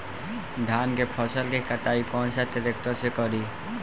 धान के फसल के कटाई कौन सा ट्रैक्टर से करी?